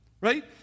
right